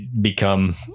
become